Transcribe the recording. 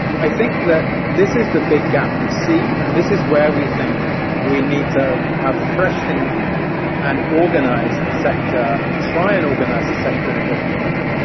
i think that this is the big gap we see and this is where we think we need to have fresh thinking and organize the sector try and organize the sector in a different way.